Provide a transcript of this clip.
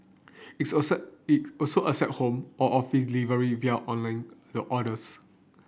its also accept it also accept home or office delivery via online the orders